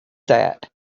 that